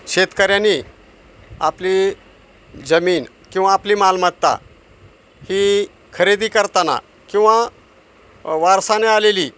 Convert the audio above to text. शेतकऱ्यांनी आपली जमीन किंवा आपली मालमत्ता ही खरेदी करताना किंवा वारसाने आलेली